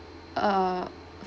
err